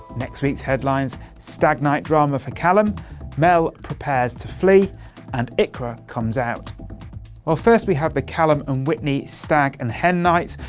next week's headlines stag night drama for callum mel prepares to flee and iqra comes out well, first, we have the callum and whitney stag and hen nights.